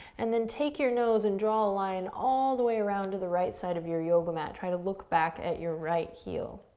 and then take your nose and draw a line all the way around to the right side of your yoga mat. try to look back at your right heel.